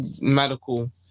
Medical